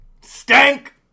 stank